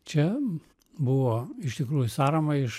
čia buvo iš tikrųjų sąrama iš